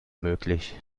möglich